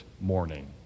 morning